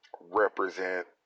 represent